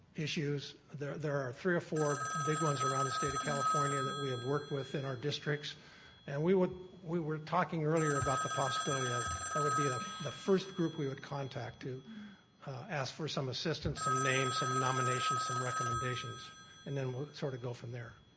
issues. there there are three or four big ones around the state of california that we have worked with in our districts and we were talking earlier about the possibility of that would be the the first group we would contact to ask for some assistance, some names, some nominations, some recommendations and then we'll sort of go from there.